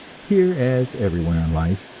here, as everywhere in life,